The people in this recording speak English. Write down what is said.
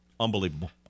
Unbelievable